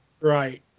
Right